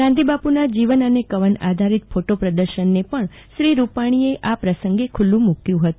ગાંધીબાપુના જીવન અને કવન આધારિત ફોટો પ્રદર્શનને પણ શ્રી રૂપાણીએ ખુલ્લું મુક્યું હતું